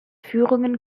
führungen